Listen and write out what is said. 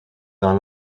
dans